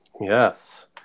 yes